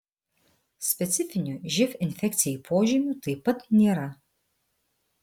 specifinių živ infekcijai požymių taip pat nėra